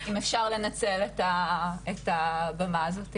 אם אפשר לנצל את הבמה הזו.